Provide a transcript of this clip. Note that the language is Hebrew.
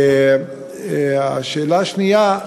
והשאלה השנייה: